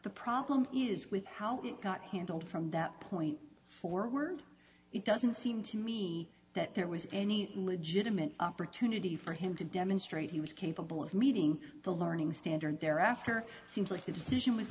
the problem is with how it got handled from that point forward it doesn't seem to me that there was any legitimate opportunity for him to demonstrate he was capable of meeting the learning standard thereafter seems like the decision was